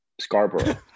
Scarborough